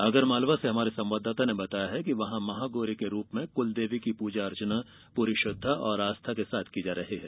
आगर मालवा से हमारे संवाददाता ने बताया है कि वहां महागौरी के रूप में कुलदेवी की पूजा अर्चना पूरी श्रद्वा और आस्था के साथ की जा रही है